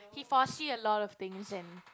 he foresee a lot of things and